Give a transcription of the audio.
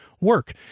work